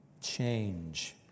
change